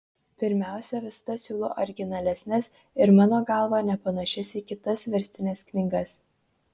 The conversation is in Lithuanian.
pirmiausia visada siūlau originalesnes ir mano galva nepanašias į kitas verstines knygas